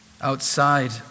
Outside